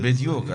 זה --- בדיוק.